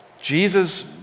Jesus